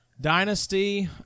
Dynasty